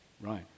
Right